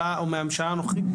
מהממשלה הנוכחית,